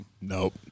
Nope